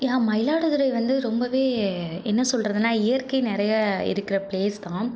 என் மயிலாடுதுறை வந்து ரொம்பவே என்ன சொல்வதுன்னா இயற்கை நிறையா இருக்கிற பிளேஸ் தான்